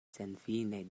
senfine